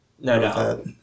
No